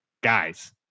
guys